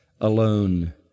alone